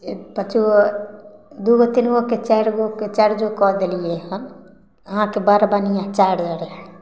जे पाँचगो दूगो तीनगोके चारिगोके चार्जो कऽ देलियै हन अहाँके बड़ बढ़िऑं चार्जर है